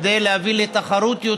כדי להביא ליותר תחרות,